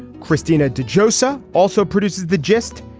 christina de josiah also produces the gist.